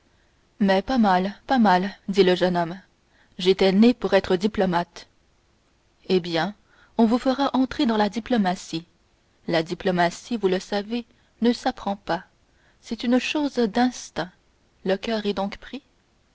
mais pas mal pas mal dit le jeune homme j'étais né pour être diplomate eh bien on vous fera entrer dans la diplomatie la diplomatie vous le savez ne s'apprend pas c'est une chose d'instinct le coeur est donc pris